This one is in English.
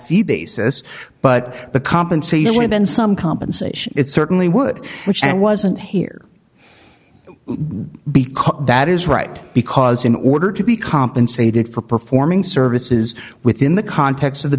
fee basis but the compensation would have been some compensation it certainly would which i wasn't here because that is right because in order to be compensated for performing services within the context of the